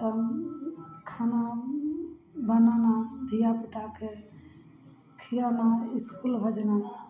तब खाना बनेलहुॅं धियापुताके खिएलहुॅं इसकुल भेजलहुॅं